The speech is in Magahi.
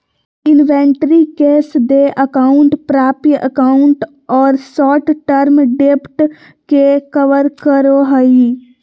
इन्वेंटरी कैश देय अकाउंट प्राप्य अकाउंट और शॉर्ट टर्म डेब्ट के कवर करो हइ